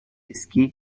esquí